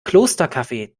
klostercafe